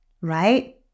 Right